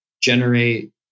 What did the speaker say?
generate